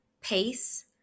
pace